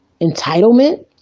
entitlement